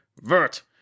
Vert